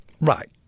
Right